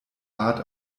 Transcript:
art